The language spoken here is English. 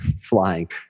flying